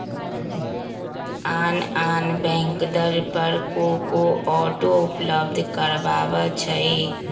आन आन बैंक दर पर को को ऑटो उपलब्ध करबबै छईं